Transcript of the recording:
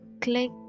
click